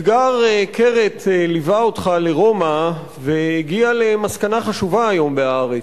אתגר קרת ליווה אותך לרומא והגיע למסקנה חשובה היום ב"הארץ".